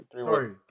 sorry